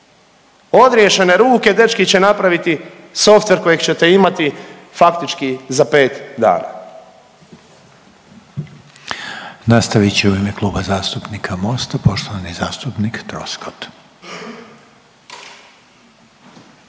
odriješene ruke, dečki će napraviti softver kojeg ćete imati faktički za pet dana.